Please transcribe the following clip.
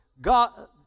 God